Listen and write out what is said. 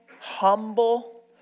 Humble